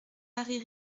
marie